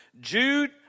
Jude